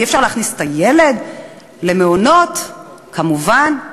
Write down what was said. אי-אפשר להכניס את הילד למעונות, כמובן,